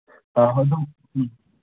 ꯑꯥ ꯑꯗꯨꯝ ꯎꯝ